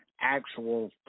actual